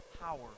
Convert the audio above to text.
power